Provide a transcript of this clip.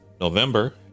November